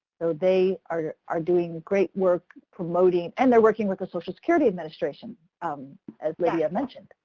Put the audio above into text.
so they are are doing great work promoting. and they're working with the social security administration um as lydia mentioned.